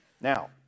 now